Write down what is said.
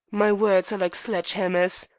my words are like sledge-hammers.